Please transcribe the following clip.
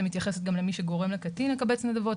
מתייחסת גם למי שגורם לקטין לקבץ נדבות.